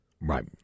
Right